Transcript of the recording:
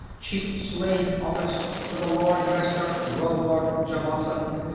chief-slave in office to the lord-master rovard javasan,